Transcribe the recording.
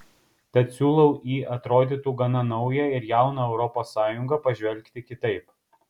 tad siūlau į atrodytų gana naują ir jauną europos sąjungą pažvelgti kitaip